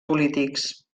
polítics